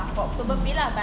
mm